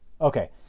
Okay